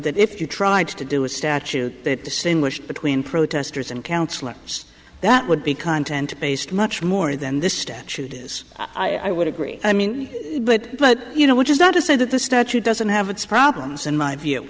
that if you tried to do a statute that distinguish between protesters and counsellors that would be content based much more than this statute is i would agree i mean but but you know which is not to say that the statute doesn't have its problems in my view